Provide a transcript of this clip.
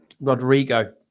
Rodrigo